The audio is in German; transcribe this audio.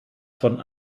von